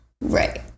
Right